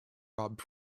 rob